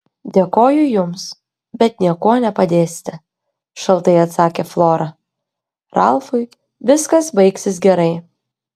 dėkoju jums bet niekuo nepadėsite šaltai atsakė flora ralfui viskas baigsis gerai